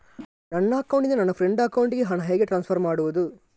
ನನ್ನ ಅಕೌಂಟಿನಿಂದ ನನ್ನ ಫ್ರೆಂಡ್ ಅಕೌಂಟಿಗೆ ಹಣ ಹೇಗೆ ಟ್ರಾನ್ಸ್ಫರ್ ಮಾಡುವುದು?